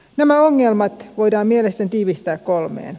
nämä ongelmat voidaan mielestäni tiivistää kolmeen